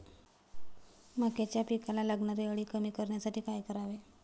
मक्याच्या पिकाला लागणारी अळी कमी करण्यासाठी काय करावे?